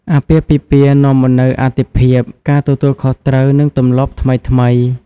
អាពាហ៍ពិពាហ៍នាំមកនូវអាទិភាព ការទទួលខុសត្រូវ និងទម្លាប់ថ្មីៗ។